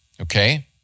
okay